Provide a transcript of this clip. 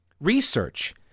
research